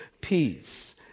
Peace